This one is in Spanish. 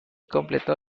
completó